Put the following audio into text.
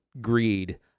greed